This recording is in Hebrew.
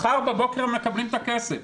מחר בבוקר מקבלים את הכסף.